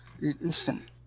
Listen